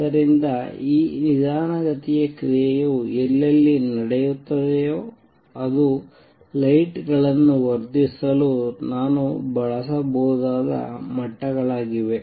ಆದ್ದರಿಂದ ಈ ನಿಧಾನಗತಿಯ ಕ್ರಿಯೆಯು ಎಲ್ಲೆಲ್ಲಿ ನಡೆಯುತ್ತದೆಯೋ ಅದು ಲೈಟ್ ಗಳನ್ನು ವರ್ಧಿಸಲು ನಾನು ಬಳಸಬಹುದಾದ ಮಟ್ಟಗಳಾಗಿವೆ